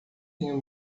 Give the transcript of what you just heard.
tenho